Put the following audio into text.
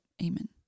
amen